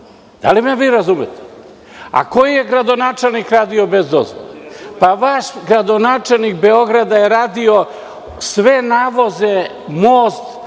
Da li me vi razumete? Koji je gradonačelnik radio bez dozvole? Vaš gradonačelnik Beograda je radio sve navoze most